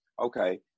Okay